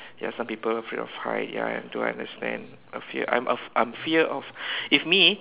ya some people afraid of height ya I do understand a fear I'm af~ I'm fear of if me